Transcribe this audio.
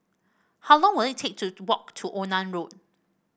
how long will it take to walk to Onan Road